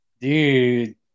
Dude